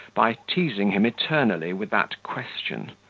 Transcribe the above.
by teasing him eternally with that question.